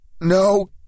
No